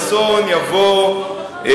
או שיואל חסון יבוא ויגיד: